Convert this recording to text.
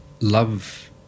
love